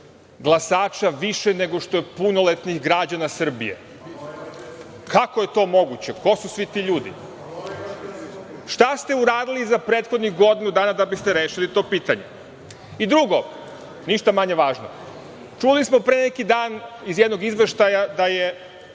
glasača više nego što je punoletnih građana Srbije. Kako je to moguće? Ko su svi ti ljudi? Šta se uradili za prethodnih godinu dana da biste rešili to pitanje? Drugo, ništa manje važno, čuli smo pre neki dan iz jednog izveštaja da je